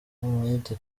umwete